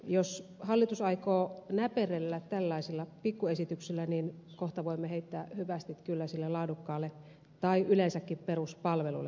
jos hallitus aikoo näperrellä tällaisilla pikkuesityksillä niin kohta voimme heittää hyvästit kyllä laadukkaalle peruspalvelulle tai yleensäkin peruspalvelulle kunnissa